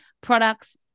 products